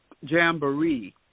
Jamboree